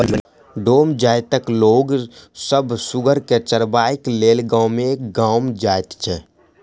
डोम जाइतक लोक सभ सुगर के चरयबाक लेल गामे गाम जाइत छै